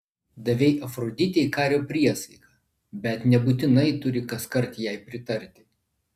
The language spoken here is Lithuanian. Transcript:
davei afroditei kario priesaiką bet nebūtinai turi kaskart jai pritarti